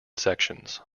sections